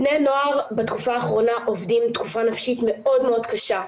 בני נוער בתקופה האחרונה עוברים תקופה נפשית מאוד מאוד קשה,